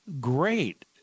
great